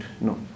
No